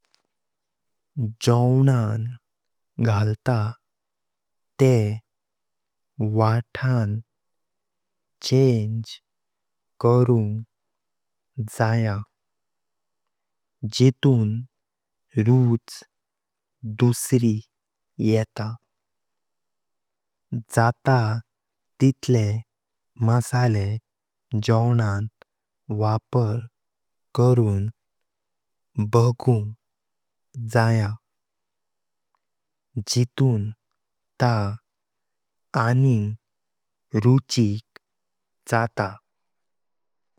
जवण घालत तेव वथान चेंजे करुंग जया जेतून रुच दुसरी येता। जात टायटल मसाले जवणन वापर करुं बागुं जया जेतून तां आनि रुचीक जातां।